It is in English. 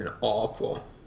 Awful